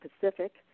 pacific